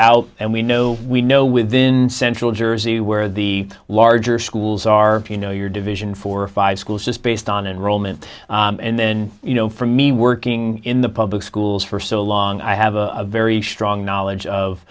out and we know we know within central jersey where the larger schools are you know your division four or five schools just based on and roman and then you know for me working in the public schools for so long i have a very strong knowledge of